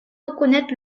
reconnaître